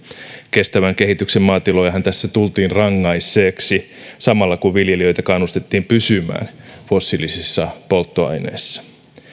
kestävän kehityksen maatilojahan tässä tultiin rangaisseeksi samalla kun viljelijöitä kannustettiin pysymään fossiilisissa polttoaineissa